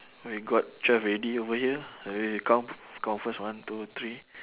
we got twelve already over here eh we count count first one two three